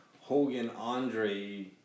Hogan-Andre